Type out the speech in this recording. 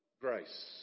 grace